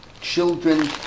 children